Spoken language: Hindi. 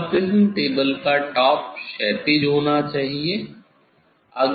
अब प्रिज्म टेबल का टॉप क्षैतिज होना चाहिए